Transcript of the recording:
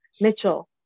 Mitchell